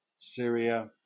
Syria